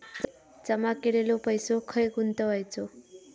जमा केलेलो पैसो खय गुंतवायचो?